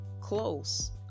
close